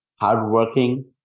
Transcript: hardworking